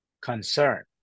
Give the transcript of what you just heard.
concern